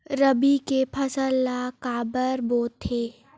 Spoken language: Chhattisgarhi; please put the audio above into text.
रबी के फसल ला काबर बोथे?